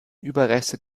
überreste